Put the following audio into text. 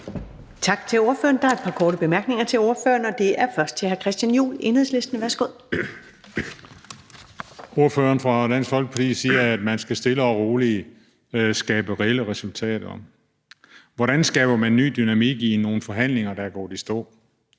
Tak til ordføreren. Der er et par korte bemærkninger til ordføreren, og det er først hr. Christian Juhl, Enhedslisten. Værsgo. Kl. 15:34 Christian Juhl (EL): Ordføreren for Dansk Folkeparti siger, at man stille og roligt skal skabe reelle resultater. Hvordan skaber man ny dynamik i nogle forhandlinger, der er gået i stå?